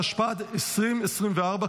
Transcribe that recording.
התשפ"ד 2024,